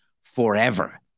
forever